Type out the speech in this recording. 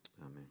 Amen